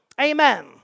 Amen